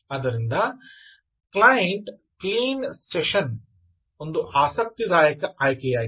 ಆದ್ದರಿಂದ client clean session ಒಂದು ಆಸಕ್ತಿದಾಯಕ ಆಯ್ಕೆಯಾಗಿದೆ